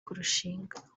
kurushinga